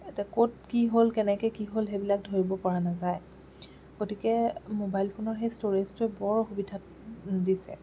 এতিয়া ক'ত কি হ'ল কেনেকৈ কি হ'ল সেইবিলাক ধৰিব পৰা নাযায় গতিকে মবাইল ফোনৰ সেই ষ্ট'ৰেজটো বৰ অসুবিধা দিছে